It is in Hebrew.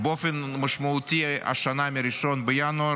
באופן משמעותי השנה, מ-1 בינואר,